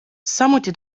samuti